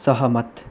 सहमत